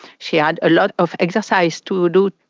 she had a lot of exercise to do,